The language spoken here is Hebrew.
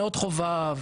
נאות חובב,